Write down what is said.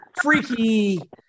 freaky